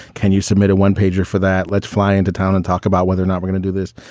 can you submit a one pager for that? let's fly into town and talk about whether or not we gonna do this.